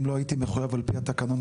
אם לא הייתי מחויב על פי התקנון,